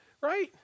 right